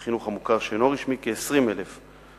ובחינוך המוכר שאינו רשמי, כ-20,000 תלמידים.